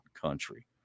country